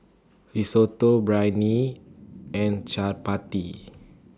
Risotto Biryani and Chaat Pati